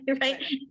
right